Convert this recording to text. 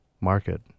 market